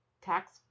tax